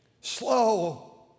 Slow